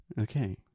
Okay